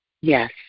Yes